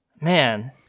man